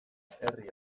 herri